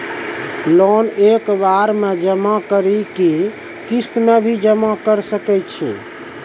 Loan एक बार जमा म करि कि किस्त मे भी करऽ सके छि?